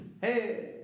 Hey